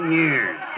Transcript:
years